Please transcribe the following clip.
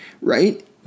right